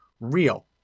real